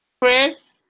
Chris